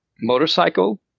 motorcycle